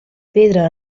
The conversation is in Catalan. pedra